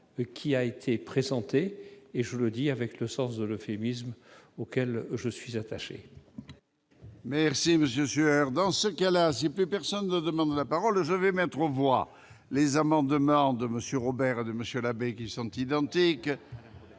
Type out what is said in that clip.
amendements présentés, et je le dis avec le sens de l'euphémisme auquel je suis attaché.